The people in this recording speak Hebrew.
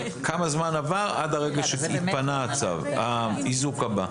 כמה זמן עבר עד הרגע שהתפנה האיזוק הבא.